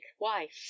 wife